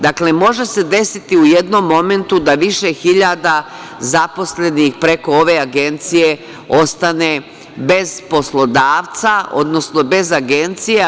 Dakle, može se desiti u jednom momentu da više hiljada zaposlenih preko ove agencije ostane bez poslodavca, odnosno bez agencije.